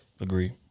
agree